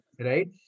right